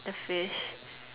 the fish